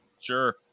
Sure